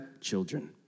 children